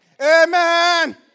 Amen